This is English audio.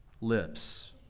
lips